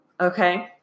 okay